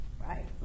right